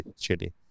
chili